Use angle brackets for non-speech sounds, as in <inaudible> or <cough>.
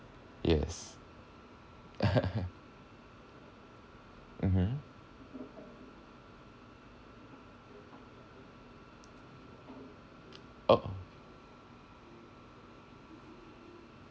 yes <laughs> mmhmm oh !ow!